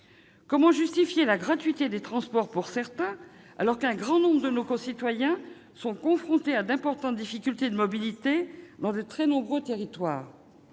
Comment justifier la gratuité des transports pour certains, alors qu'un grand nombre de nos concitoyens sont confrontés à d'importantes difficultés de mobilité dans de très nombreux territoires ?